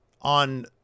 On